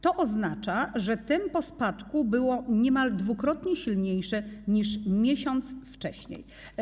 To oznacza, że tempo spadku było niemal dwukrotnie większe niż miesiąc wcześniej.